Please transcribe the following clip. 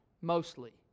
mostly